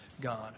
God